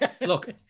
Look